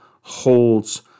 holds